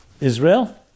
Israel